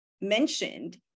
mentioned